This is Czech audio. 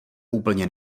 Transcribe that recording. úplně